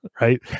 Right